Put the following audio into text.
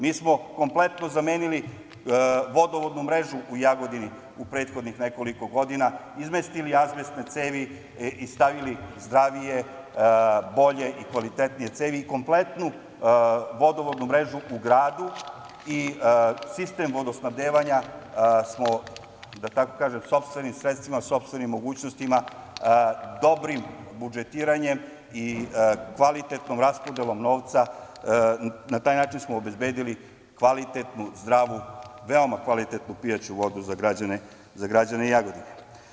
Mi smo kompletno zamenili vodovodnu mrežu u Jagodini u prethodnih nekoliko godina, izmestili azbestne cevi i stavili zdravije, bolje i kvalitetnije cevi i kompletnu vodovodnu mrežu u gradu i sistem vodosnabdevanja smo sopstvenim sredstvima, sopstvenim mogućnostima, dobrim budžetiranjem i kvalitetnom raspodelom novca, na taj način smo obezbedili kvalitetnu i zdravu, veoma kvalitetnu pijaću vodu za građane Jagodine.